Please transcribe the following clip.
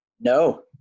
No